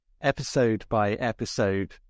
episode-by-episode